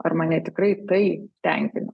ar mane tikrai tai tenkina